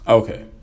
okay